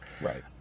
Right